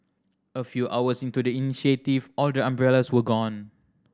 a few hours into the initiative all the umbrellas were gone